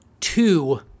two